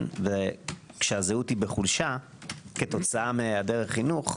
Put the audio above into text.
כשהזהות היא בחולשה כתוצאה מהיעדר חינוך,